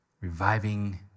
reviving